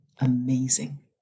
amazing